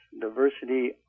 Diversity